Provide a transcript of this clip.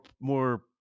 more